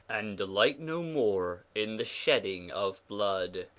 and delight no more in the shedding of blood,